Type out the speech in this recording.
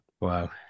Wow